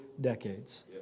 decades